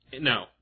No